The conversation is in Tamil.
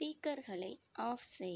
ஸ்பீக்கர்களை ஆஃப் செய்